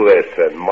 Listen